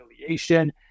affiliation